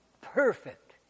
perfect